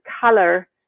color